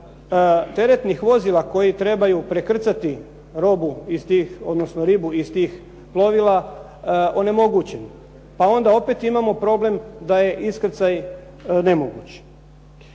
teretnih vozila koji trebaju prekrcati robu iz tih, odnosno ribu, iz tih plovila onemogućen. Pa onda opet imamo problem da je iskrcaj nemoguć.